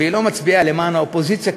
והיא לא מצביעה למען האופוזיציה,